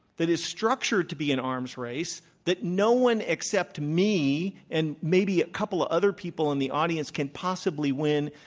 that is structured to be an arms race, that no one except me and maybe a couple other people in the audience, can possibly win,